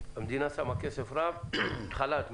המדינה שמה כסף רב בחל"ת.